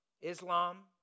Islam